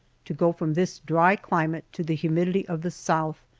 to go from this dry climate to the humidity of the south,